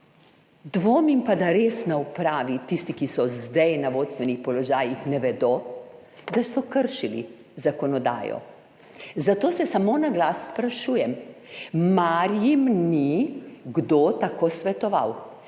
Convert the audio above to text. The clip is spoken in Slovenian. Dvomim pa, da res na upravi tisti, ki so zdaj na vodstvenih položajih, ne vedo, da so kršili zakonodajo. Zato se samo na glas sprašujem: mar jim ni kdo tako svetoval?